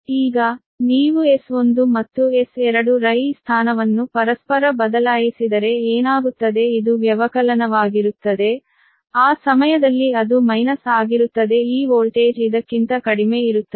ಈಗ ನೀವು S1 ಮತ್ತು S2 ರ ಈ ಸ್ಥಾನವನ್ನು ಪರಸ್ಪರ ಬದಲಾಯಿಸಿದರೆ ಏನಾಗುತ್ತದೆ ಇದು ವ್ಯವಕಲನವಾಗಿರುತ್ತದೆ ಆ ಸಮಯದಲ್ಲಿ ಅದು ಮೈನಸ್ ಆಗಿರುತ್ತದೆ ಈ ವೋಲ್ಟೇಜ್ ಇದಕ್ಕಿಂತ ಕಡಿಮೆ ಇರುತ್ತದೆ